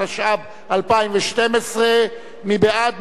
התשע"ב 2012. מי בעד?